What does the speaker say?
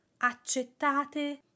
Accettate